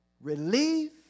Relief